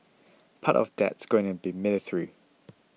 part of that's going to be military